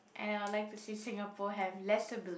and I will like to see Singapore have lesser build